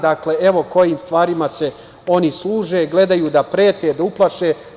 Dakle, evo, kojim stvarima se oni služe, gledaju da prete, da uplaše.